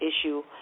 issue